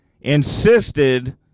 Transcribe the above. insisted